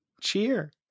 Cheer